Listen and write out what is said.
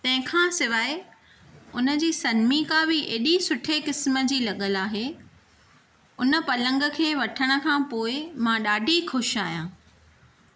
तंहिंखा सवाइ उन जी सनमिका बि एॾी सुठे किस्मु जी लॻियल आहे उन पलंग खे वठण खां पोइ मां ॾाढी ख़ुशि आहियां